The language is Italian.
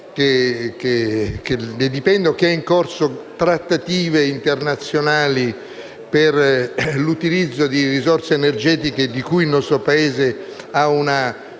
che ha in corso trattative internazionali per l'utilizzo di risorse energetiche, di cui il nostro Paese ha una